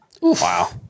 Wow